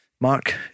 Mark